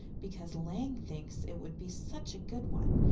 because lang thinks it would be such a good one.